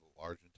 large